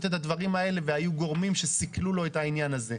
את הדברים האלה והיו גורמים שסיכלו לו את העניין הזה.